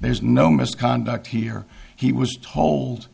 there's no misconduct here he was told